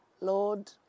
Lord